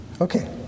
Okay